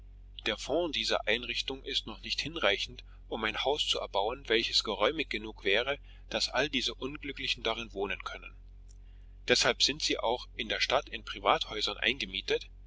der fonds dieser einrichtung ist noch nicht hinreichend um ein haus zu erbauen welches geräumig genug wäre daß all diese unglücklichen darin wohnen können deshalb sind sie in der stadt in privathäusern eingemietet